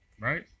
right